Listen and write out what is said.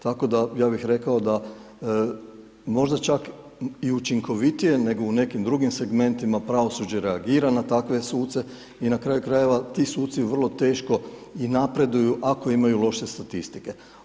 Tako da ja bih rekao, da možda čak i učinkovitije nego u nekim drugim segmentima, pravosuđe reagira na takve suce i na kraju krajeva ti suci vrlo teško i napreduju ako imaju loše statistike.